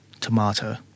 tomato